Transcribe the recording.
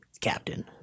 Captain